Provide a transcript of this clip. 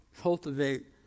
cultivate